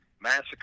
massacre